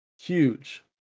Huge